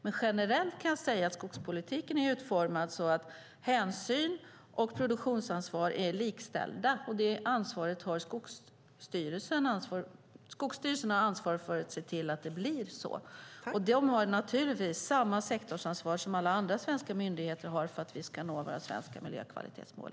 Men generellt kan jag säga att skogspolitiken är utformad så att hänsyn och produktionsansvar är likställda. Skogsstyrelsen har ansvar för att se till att det blir så. Och de har naturligtvis samma sektorsansvar som alla andra svenska myndigheter har för att vi ska nå våra svenska miljökvalitetsmål.